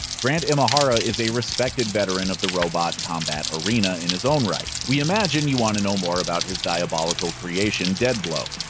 grant imahara is a respected veteran of the robot combat arena in his own right. we imagine you want to know more about his diabolical creation, deadblow.